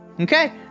okay